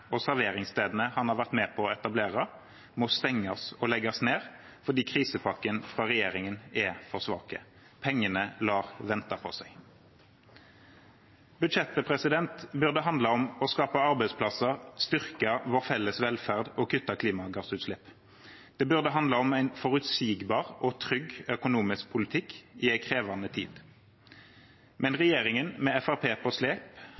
og serveringsstedene han har vært med på å etablere, må stenges og legges ned fordi krisepakkene fra regjeringen er for svake, pengene lar vente på seg. Budsjettet burde handlet om å skape arbeidsplasser, styrke vår felles velferd og kutte i klimagassutslipp. Det burde handle om en forutsigbar og trygg økonomisk politikk i en krevende tid. Men regjeringen, med Fremskrittspartiet på slep,